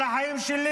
על החיים שלי,